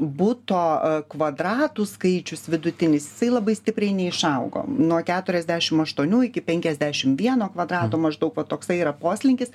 buto kvadratų skaičius vidutinis jisai labai stipriai neišaugo nuo keturiasdešimt aštuonių iki penkiasdešimt vieno kvadrato maždaug va toksai yra poslinkis